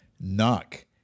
Knock